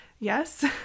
Yes